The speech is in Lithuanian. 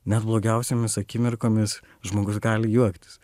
net blogiausiomis akimirkomis žmogus gali juoktis